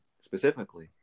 specifically